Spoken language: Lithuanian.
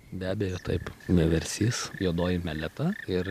be abejo taip vieversys juodoji meleta ir